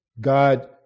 God